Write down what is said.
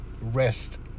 rest